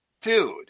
Dude